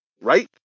right